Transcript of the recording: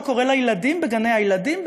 מה קורה לילדים בגני הילדים,